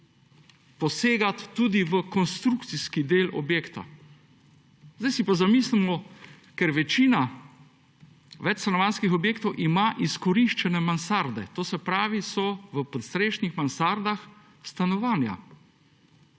posegati tudi v konstrukcijski del objekta. Zdaj pa si zamislimo, ker večina večstanovanjskih objektov ima izkoriščene mansarde, to se pravi so v podstrešnih mansardah stanovanja.